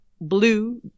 blue